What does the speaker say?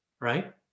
right